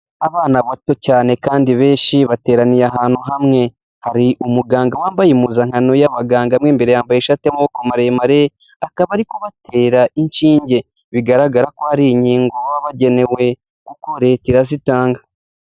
Abana bato cyane kandi benshi bateraniye ahantu hamwe, hari umuganga wambaye impuzankano y'abaganga mo imbere yambaye ishati y'amaboko maremare akaba ari kubatera inshinge, bigaragara ko hari inkingo baba bagenewe kuko Leta irazitanga.